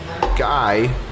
guy